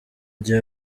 gihe